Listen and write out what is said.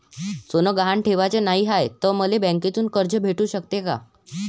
सोनं गहान ठेवाच नाही हाय, त मले बँकेतून कर्ज भेटू शकते का?